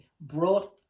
brought